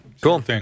Cool